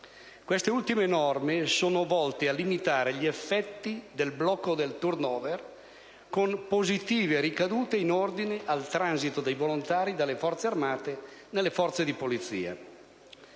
Queste ultime norme sono volte a limitare gli effetti del blocco del *turnover* con positive ricadute in ordine al transito dei volontari dalle Forze armate nelle Forze di polizia.